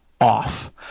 off